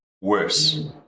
worse